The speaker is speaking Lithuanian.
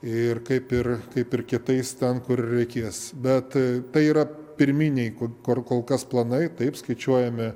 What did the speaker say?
ir kaip ir kaip ir kitais ten kur reikės bet tai yra pirminiai kur kur kol kas planai taip skaičiuojami